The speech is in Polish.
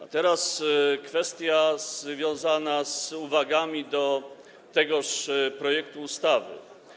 A teraz kwestia związana z uwagami do tegoż projektu ustawy.